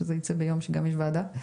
שזה יצא ביום שגם יש ועדה.